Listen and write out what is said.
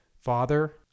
Father